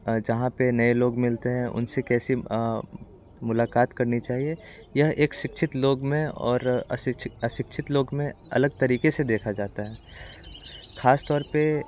जहाँ पे नए लोग मिलते हैं उनसे कैसे मुलाकात करनी चाहिए यह एक शिक्षित लोग में और अशिक्षित लोग में अलग तरीके से देखा जाता है खासतौर पे